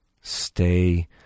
Stay